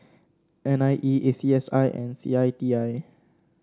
N I E A C S I and C I T I